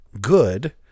good